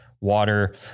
water